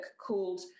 called